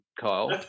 Kyle